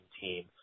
team